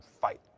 fight